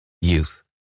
Youth